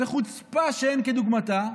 בחוצפה שאין כדוגמתה,